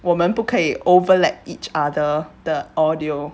我们不可以 overlap each other 的 audio